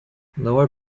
lower